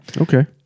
Okay